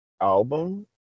album